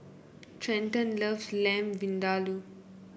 Trenten loves Lamb Vindaloo